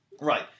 Right